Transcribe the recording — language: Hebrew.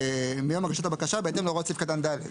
"מיום הגשת הבקשה בהתאם להוראות סעיף קטן (ד)".